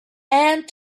and